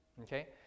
okay